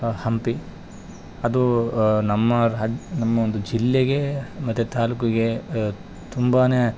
ಹ ಹಂಪಿ ಅದು ನಮ್ಮ ರಾಜ್ ನಮ್ಮ ಒಂದು ಜಿಲ್ಲೆಗೆ ಮತ್ತು ತಾಲೂಕಿಗೆ ತುಂಬ